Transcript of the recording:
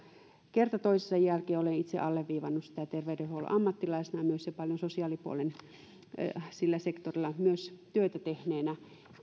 kerta toisensa jälkeen olen itse terveydenhuollon ammattilaisena ja paljon myös sillä sosiaalipuolen sektorilla työtä tehneenä